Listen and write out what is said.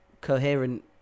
coherent